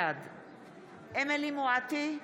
בעד אמילי חיה מואטי,